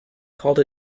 called